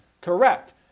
Correct